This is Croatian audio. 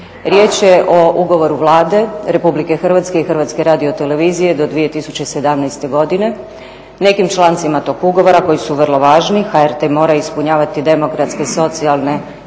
Riječ je o ugovoru Vlade Republike Hrvatske i Hrvatske radiotelevizije do 2017. godine. Nekim člancima tog ugovora koji su vrlo važni HRT mora ispunjavati demokratske, socijalne,